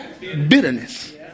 bitterness